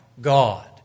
God